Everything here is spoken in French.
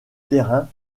terrain